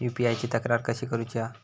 UPI ची तक्रार कशी करुची हा?